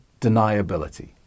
deniability